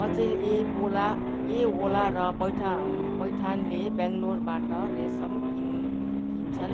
अचेल ए बोला ए ओला र बैठा पैठानले बेङ्गलोरबाट रेशम किन् किन्छन्